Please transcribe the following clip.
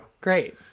Great